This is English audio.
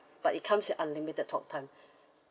but it comes unlimited talk time